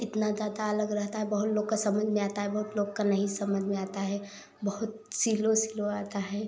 इतना ज़्यादा अलग रहता है बहुत लोग का समझ में आता है बहुत लोग का नहीं समझ में आता है बहुत सिलो सिलो आता है